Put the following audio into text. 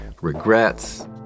regrets